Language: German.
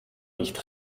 nicht